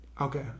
okay